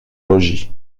logis